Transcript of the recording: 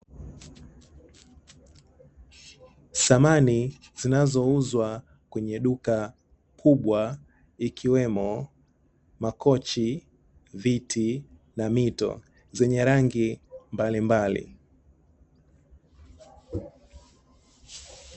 Samani zinazouzwa kwenye duka kubwa ikiwemo; makochi, viti na mito zenye rangi mbalimbali.